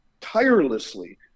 tirelessly